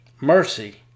mercy